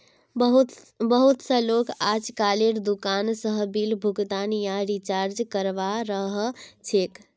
बहुत स लोग अजकालेर दुकान स बिल भुगतान या रीचार्जक करवा ह छेक